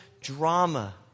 drama